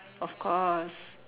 of course